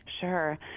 Sure